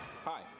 Hi